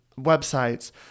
websites